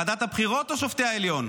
ועדת הבחירות או שופטי העליון?